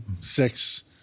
six